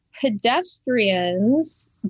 pedestrians